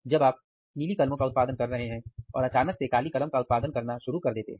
जब आप नीली कलमों का उत्पादन कर रहे हैं और अचानक से काली कलम का उत्पादन करना शुरू कर देते हैं